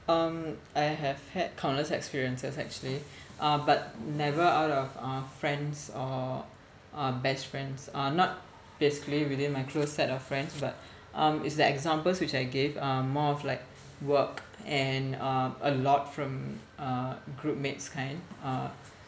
um I have had countless experiences actually uh but never out of uh friends or uh best friends uh not basically within my close set of friends but um it's the examples which I gave are more of like work and um a lot from uh group mates kind uh